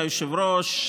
אדוני היושב-ראש,